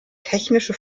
technische